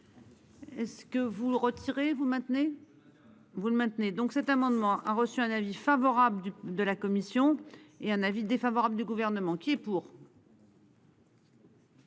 Est-ce que vous retirez vous maintenez. Vous le maintenez donc cet amendement a reçu un avis favorable de la commission et un avis défavorable du gouvernement qui est pour.